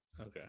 Okay